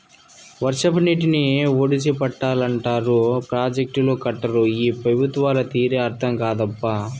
వర్షపు నీటిని ఒడిసి పట్టాలంటారు ప్రాజెక్టులు కట్టరు ఈ పెబుత్వాల తీరే అర్థం కాదప్పా